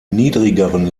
niedrigeren